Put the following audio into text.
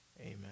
Amen